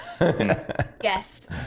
yes